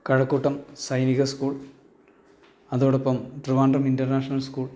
കഴക്കൂട്ടം സൈനിക സ്കൂൾ അതോടൊപ്പം Trivandrum international school